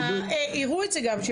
הראו את זה גם,